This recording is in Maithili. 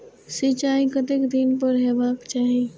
सिंचाई कतेक दिन पर हेबाक चाही?